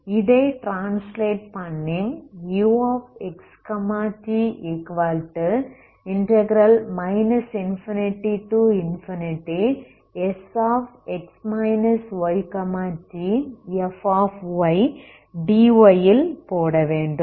ஆகவே இதை ட்ரான்ஸ்லேட் பண்ணி uxt ∞Sx ytfdy ல் போட வேண்டும்